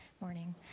Morning